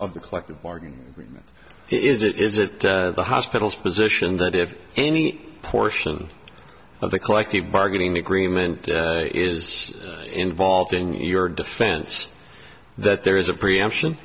of the collective bargaining agreement is it is it the hospital's position that if any portion of the collective bargaining agreement is involved in your defense that there is a preemption